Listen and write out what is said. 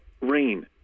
rain